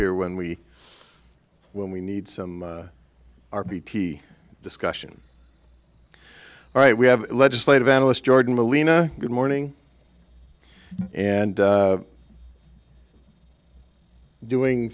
here when we when we need some r b t discussion all right we have legislative analyst jordan molina good morning and doing